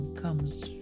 comes